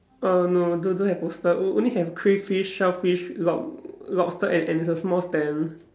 oh no don't don't have poster o~ only have crayfish shellfish lob~ lobster and and it's a small stand